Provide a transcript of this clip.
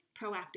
proactive